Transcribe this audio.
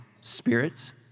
spirits